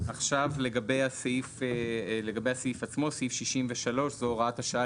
לגבי הסעיף עצמו, סעיף 63, זו הוראת השעה.